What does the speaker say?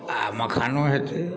आ मखानो हेतै